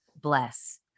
Bless